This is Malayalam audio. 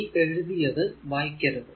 ഈ എഴുതിയത് വായിക്കരുത്